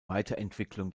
weiterentwicklung